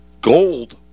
Gold